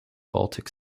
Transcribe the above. baltic